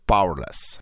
Powerless